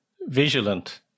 vigilant